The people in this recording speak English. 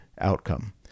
outcome